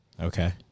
Okay